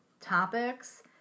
topics